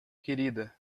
querida